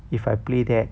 if I play that